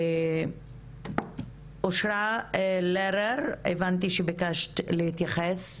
אושרה לרר הבנתי שביקשת להתייחס.